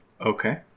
Okay